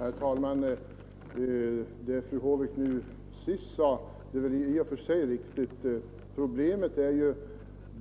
Herr talman! Det fru Håvik nu senast sade är väl i och för sig riktigt. Problemet är